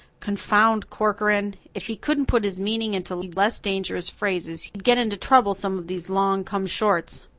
confound corcoran! if he couldn't put his meaning into less dangerous phrases he'd get into trouble some of these long-come-shorts.